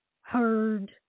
heard